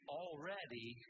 already